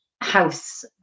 house